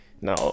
Now